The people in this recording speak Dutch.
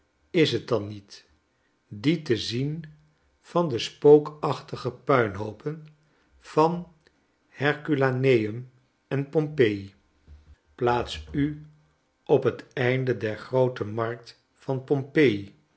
is het dan niet dien te zien van de spookachtige puinhoopen van herculaneum en pompeji plaats u op het einde der groote markt van pompeji